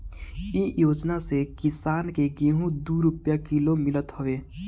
इ योजना से किसान के गेंहू दू रूपिया किलो मितल हवे